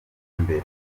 mbere